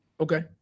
Okay